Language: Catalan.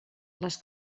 les